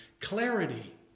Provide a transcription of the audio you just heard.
Clarity